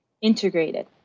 integrated